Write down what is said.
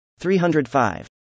305